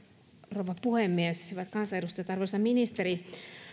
rouva puhemies hyvät kansanedustajat arvoisa ministeri